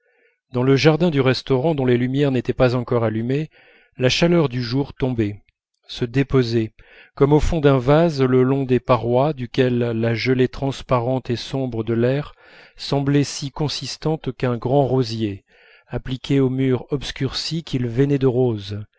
dans le jardin du restaurant dont les lumières n'étaient pas encore allumées la chaleur du jour tombait se déposait comme au fond d'un vase le long des parois duquel la gelée transparente et sombre de l'air semblait si consistante qu'un grand rosier appliqué au mur obscurci qu'il veinait de rose